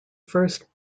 first